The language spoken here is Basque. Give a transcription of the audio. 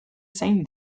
zein